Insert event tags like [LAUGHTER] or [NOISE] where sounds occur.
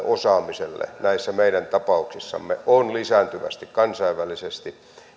[UNINTELLIGIBLE] osaamiselle näissä meidän tapauksissamme on lisääntyvästi kansainvälisesti